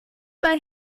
bei